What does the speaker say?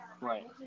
Right